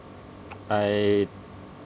I